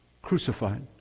Crucified